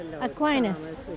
Aquinas